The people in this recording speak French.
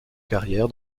carrière